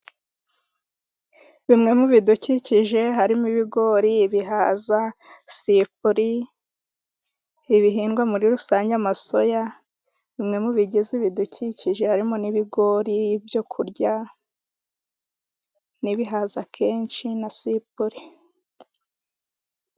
Bimwe mu bidukikije harimo ibigori, ibihaza, sipuli, ibihingwa muri rusange. Amasoya, bimwe mu bigize ibidukikije harimo n'ibigori byo kurya, n'ibihaza kenshi na sipure.